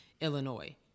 Illinois